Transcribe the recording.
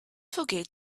forget